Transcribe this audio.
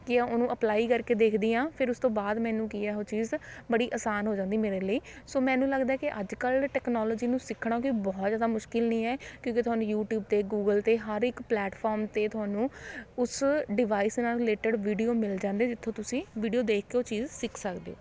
ਕੀ ਆ ਉਹਨੂੰ ਅਪਲਾਈ ਕਰਕੇ ਦੇਖਦੀ ਹਾਂ ਫਿਰ ਉਸ ਤੋਂ ਬਾਅਦ ਮੈਨੂੰ ਕੀ ਆ ਉਹ ਚੀਜ਼ ਬੜੀ ਆਸਾਨ ਹੋ ਜਾਂਦੀ ਮੇਰੇ ਲਈ ਸੋ ਮੈਨੂੰ ਲੱਗਦਾ ਹੈ ਕਿ ਅੱਜ ਕੱਲ੍ਹ ਟਕਨੋਲਜੀ ਨੂੰ ਸਿੱਖਣਾ ਕੋਈ ਬਹੁਤ ਜ਼ਿਆਦਾ ਮੁਸ਼ਕਿਲ ਨਹੀਂ ਹੈ ਕਿਉਂਕਿ ਤੁਹਾਨੂੰ ਯੂਟਿਊਬ 'ਤੇ ਗੂਗਲ 'ਤੇ ਹਰ ਇੱਕ ਪਲੈਟਫੋਰਮ 'ਤੇ ਤੁਹਾਨੂੰ ਉਸ ਡਿਵਾਈਸ ਨਾਲ ਰਿਲੇਟਿਡ ਵੀਡੀਓ ਮਿਲ ਜਾਂਦੇ ਜਿੱਥੋਂ ਤੁਸੀ ਵੀਡੀਓ ਦੇਖ ਕੇ ਉਹ ਚੀਜ਼ ਸਿੱਖ ਸਕਦੇ ਹੋ